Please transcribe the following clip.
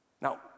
Now